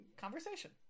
conversation